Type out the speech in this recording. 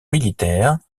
militaire